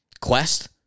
quest